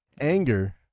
Anger